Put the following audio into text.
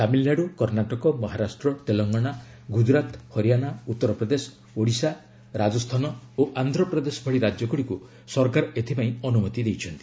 ତାମିଲନାଡୁ କର୍ଣ୍ଣାଟକ ମହାରାଷ୍ଟ୍ର ତେଲଙ୍ଗାନା ଗୁଜରାତ ହରିଆଣା ଉତ୍ତରପ୍ରଦେଶ ଓଡ଼ିଶା ରାଜସ୍ଥାନ ଓ ଆନ୍ଧ୍ରପ୍ରଦେଶ ଭଳି ରାଜ୍ୟ ଗୁଡ଼ିକୁ ସରକାର ଏଥିପାଇଁ ଅନୁମତି ଦେଇଛନ୍ତି